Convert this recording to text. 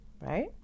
right